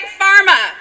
Pharma